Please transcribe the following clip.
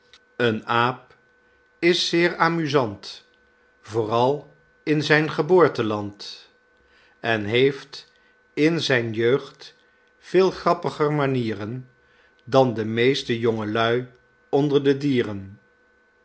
een aap is zeer amusant vooral in zijn geboorteland en heeft in zijn jeugd veel grappiger manieren dan de meeste jongeluî onder de dieren